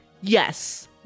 Yes